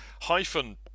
hyphen